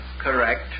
correct